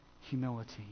humility